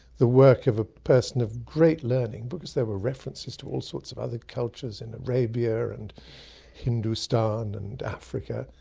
the work of a person of great learning because there were references to all sorts of other cultures in arabia and hindustan and africa.